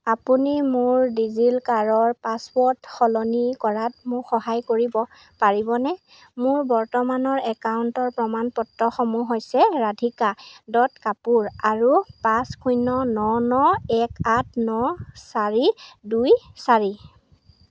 আপুনি মোৰ ডিজিলকাৰৰ পাছৱৰ্ড সলনি কৰাত মোক সহায় কৰিব পাৰিবনে মোৰ বৰ্তমানৰ একাউণ্টৰ প্ৰমাণপত্ৰসমূহ হৈছে ৰাধিকা ডট কাপোৰ আৰু পাঁচ শূন্য ন ন এক আঠ ন চাৰি দুই চাৰি